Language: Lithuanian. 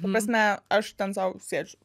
ta prasme aš ten sau sėdžiu